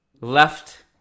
left